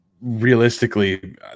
realistically